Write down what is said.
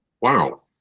wow